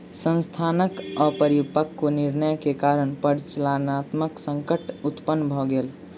संस्थानक अपरिपक्व निर्णय के कारण परिचालनात्मक संकट उत्पन्न भ गेल